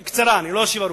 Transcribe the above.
בקצרה, אני לא אשיב ארוכות.